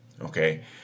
okay